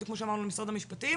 בדיוק כמו שאמרנו למשרד המשפטים,